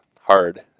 hard